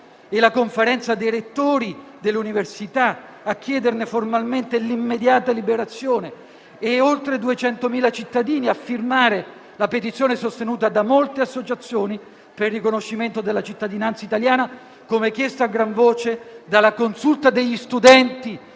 la conferenza dei rettori delle università a chiederne formalmente l'immediata liberazione; e oltre 200.000 cittadini a firmare la petizione sostenuta da molte associazioni per il riconoscimento della cittadinanza italiana, come chiesto a gran voce dalla consulta degli studenti